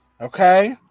Okay